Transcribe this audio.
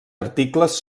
articles